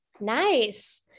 nice